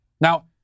Now